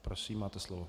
Prosím máte slovo.